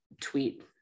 tweet